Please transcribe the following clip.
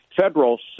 federal